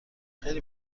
خیلی